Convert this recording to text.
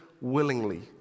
willingly